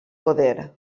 poder